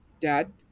dad